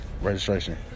registration